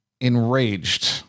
enraged